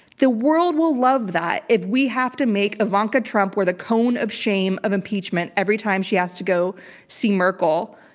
the world will love that if we have to make ivanka trump where the cone of shame of impeachment every time she has to go see merkel,